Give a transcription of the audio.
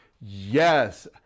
yes